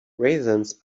raisins